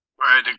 Right